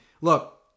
look